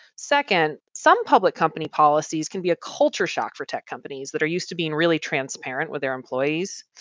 second, some public company policies can be a culture shock for tech companies that are used to being really transparent with their employees.